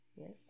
Yes